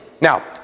now